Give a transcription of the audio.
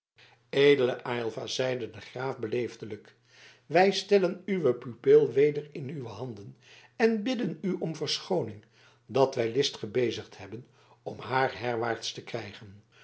edele aylva zeide de graaf beleefdelijk wij stellen uwe pupil weder in uwe handen en bidden u om verschooning dat wij list gebezigd hebben om haar herwaarts te krijgen